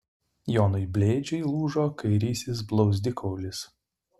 jonui blėdžiui lūžo kairysis blauzdikaulis